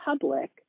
public